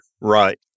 Right